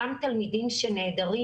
אותם תלמידים שנעדרים,